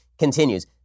continues